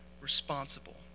responsible